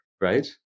right